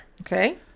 Okay